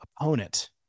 opponent